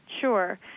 Sure